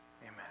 amen